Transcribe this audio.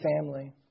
family